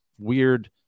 weird